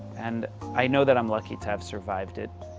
and i know that i'm lucky to have survived it